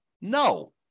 No